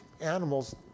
animals